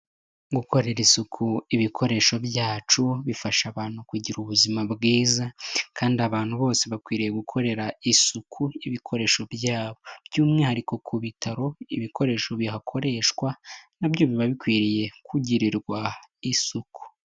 Gukorera isuku ibikoresho byacu bifasha abantu kugira ubuzima bwiza kandi abantu bose bakwiriye gukorera isuku ibikoresho byabo. Byumwihariko ku bitaro, ibikoresho bihakoreshwa nabyo biba bikwiriye kugirirwa isuku.